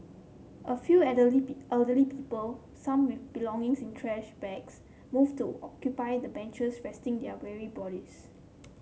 a few elderly elderly people some belongings in trash bags moved to occupy the benches resting their weary bodies